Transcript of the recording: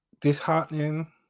disheartening